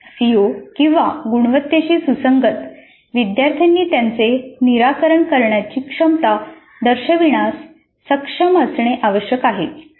CO गुणवत्तेशी सुसंगत विद्यार्थ्यांनी त्यांचे निराकरण करण्याची क्षमता दर्शविण्यास सक्षम असणे आवश्यक आहे